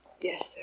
Yes